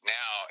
now